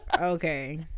Okay